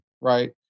right